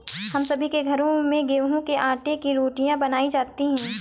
हम सभी के घरों में गेहूं के आटे की रोटियां बनाई जाती हैं